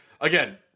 again